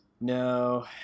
No